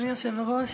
אדוני היושב-ראש,